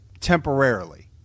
temporarily